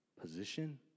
Position